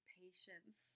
patience